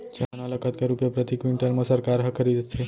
चना ल कतका रुपिया प्रति क्विंटल म सरकार ह खरीदथे?